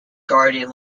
guardian